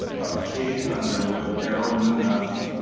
of kate underwood darrell knew nothing,